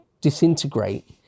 disintegrate